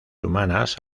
humanas